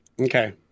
okay